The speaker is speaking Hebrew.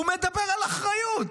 הוא מדבר על אחריות.